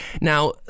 Now